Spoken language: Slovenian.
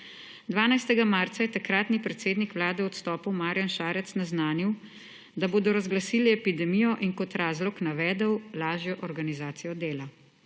12. marca je takratni predsednik vlade v odstopu Marjan Šarec naznanil, da bodo razglasili epidemijo in kot razlog navedel lažjo organizacijo dela.